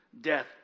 death